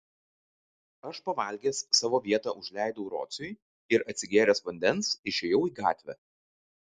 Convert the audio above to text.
aš pavalgęs savo vietą užleidau rociui ir atsigėręs vandens išėjau į gatvę